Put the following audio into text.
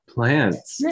Plants